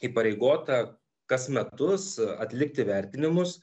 įpareigota kas metus atlikti vertinimus